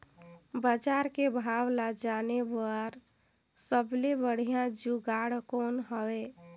बजार के भाव ला जाने बार सबले बढ़िया जुगाड़ कौन हवय?